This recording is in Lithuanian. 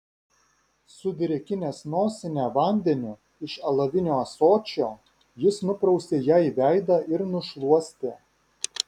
sudrėkinęs nosinę vandeniu iš alavinio ąsočio jis nuprausė jai veidą ir nušluostė